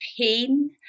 pain